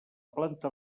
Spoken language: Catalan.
planta